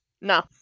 No